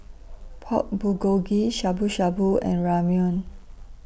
Pork Bulgogi Shabu Shabu and Ramyeon